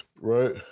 Right